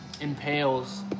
impales